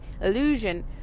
illusion